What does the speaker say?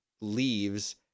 leaves